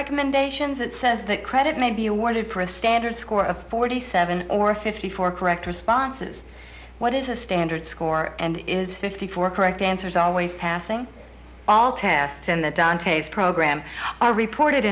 recommendations it says that credit may be awarded for a standard score of forty seven or fifty four correct responses what is a standard score and is fifty four correct answers always passing all tests in the dantes program are reported